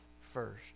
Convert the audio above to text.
first